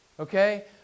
Okay